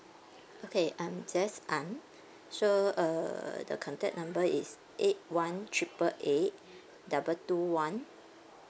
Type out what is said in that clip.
okay um I'm just aun so uh the contact number is eight one triple eight double two one